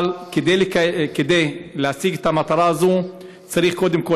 אבל כדי להשיג את המטרה הזאת צריך קודם כול